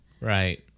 Right